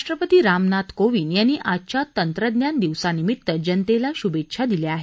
राष्ट्रपती रामनाथ कोविंद यांनी आजच्या तंत्रज्ञान दिवसानिमित्त जनतेला शुभेच्छा दिल्या आहेत